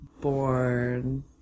born